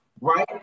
right